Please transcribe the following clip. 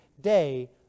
day